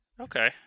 Okay